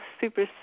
super